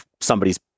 somebody's